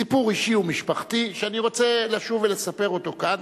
סיפור אישי ומשפחתי שאני רוצה לשוב ולספר אותו כאן,